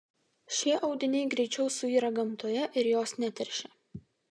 šie audiniai greičiau suyra gamtoje ir jos neteršia